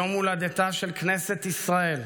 יום הולדתה של כנסת ישראל,